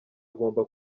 agomba